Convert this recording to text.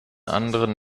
anderen